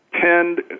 tend